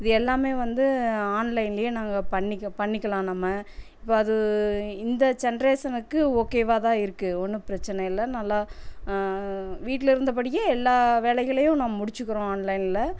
இது எல்லாமே வந்து ஆன்லைன்ல நாங்கள் பண்ணிக்க பண்ணிக்கலாம் நம்ம இப்போ அது இந்த ஜென்ட்ரேஷனுக்கு ஓகேவாதான் இருக்குது ஒன்றும் பிரச்சனை இல்லை நல்லா வீட்டில இருந்தபடியே எல்லா வேலைகளையும் நம் முடிச்சிக்கிறோம் ஆன்லைன்ல